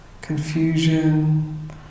confusion